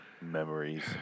Memories